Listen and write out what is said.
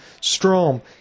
Strom